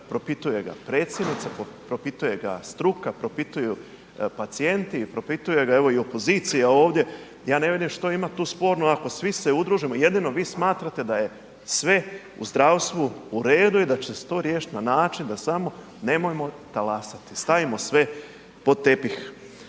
propituje ga predsjednica, propituje ga struka, propituju pacijenti i propituje ga evo i opozicija ovdje. Ja ne vidim što ima tu sporno ako svi se udružimo, jedino vi smatrate da je sve u zdravstvu u redu i da će se to riješiti na način da samo nemojmo talasati, stavimo sve pod tepih.